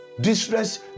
distress